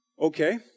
Okay